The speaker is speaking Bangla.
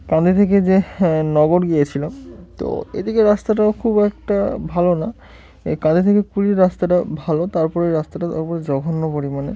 কাঁধে থেকে যেটা নগর গিয়েছিলাম তো এদিকে রাস্তাটাও খুব একটা ভালো না এই কাঁধে থেকে কুড়ির রাস্তাটা ভালো তারপরে রাস্তাটা তারপরে জঘন্য পরিমাণে